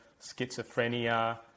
schizophrenia